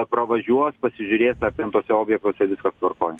pravažiuos pasižiūrės ar ten tuose objektuose viskas tvarkoj